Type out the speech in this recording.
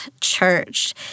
church